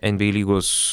nba lygos